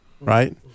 right